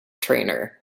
trainer